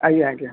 ଆଜ୍ଞା ଆଜ୍ଞା